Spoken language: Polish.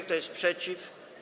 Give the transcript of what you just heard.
Kto jest przeciw?